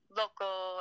local